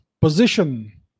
position